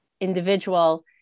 individual